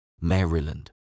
Maryland